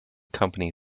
company